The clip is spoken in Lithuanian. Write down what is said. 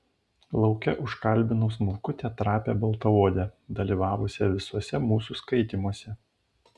lauke užkalbinau smulkutę trapią baltaodę dalyvavusią visuose mūsų skaitymuose